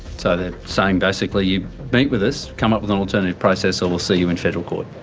so they're saying basically, you meet with us, come up with an alternative process, or we'll see you in federal court.